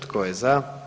Tko je za?